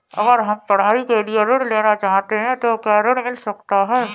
अगर हम पढ़ाई के लिए ऋण लेना चाहते हैं तो क्या ऋण मिल सकता है?